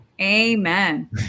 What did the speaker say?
Amen